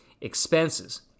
expenses